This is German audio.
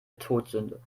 todsünde